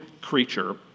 creature